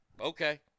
Okay